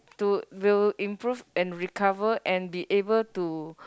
to will improve and recover and be able to